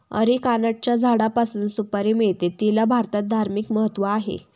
अरिकानटच्या झाडापासून सुपारी मिळते, तिला भारतात धार्मिक महत्त्व आहे